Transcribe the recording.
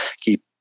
keep